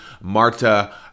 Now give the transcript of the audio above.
Marta